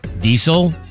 Diesel